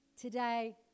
Today